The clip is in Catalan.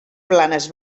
planes